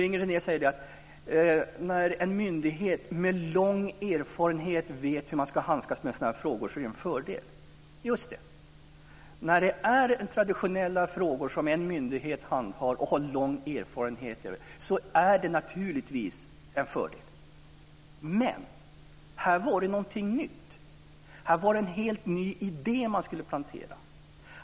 Inger René säger att när en myndighet med lång erfarenhet vet hur man ska handskas med sådana här frågor är det en fördel. Just det. När det är traditionella frågor som en myndighet handhar och har lång erfarenhet av är det naturligtvis en fördel. Men här var det någonting nytt. Här var det en helt ny idé man skulle plantera.